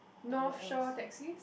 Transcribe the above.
North Shore taxis